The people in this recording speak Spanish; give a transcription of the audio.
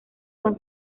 son